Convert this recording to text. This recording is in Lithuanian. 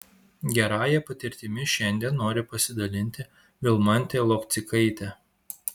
gerąja patirtimi šiandien nori pasidalinti vilmantė lokcikaitė